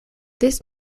this